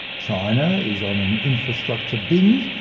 china is on an infrastructure binge,